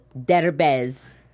Derbez